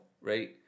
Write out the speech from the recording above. right